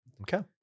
Okay